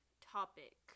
topic